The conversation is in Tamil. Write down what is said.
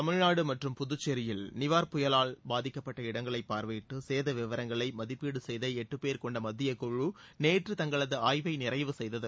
தமிழ்நாடுமற்றும் புதச்சேரியில் நிவர் புயலால் பாதிக்கப்பட்ட இடங்களைபார்வையிட்டுசேதவிவரங்களைமதிப்பீடுசெய்தளட்டுபேர் கொண்டமத்திய நேற்று குழு தங்களதுஆய்வைநிறைவு செய்தது